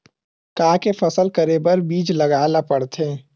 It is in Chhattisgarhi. का के फसल करे बर बीज लगाए ला पड़थे?